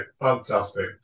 Fantastic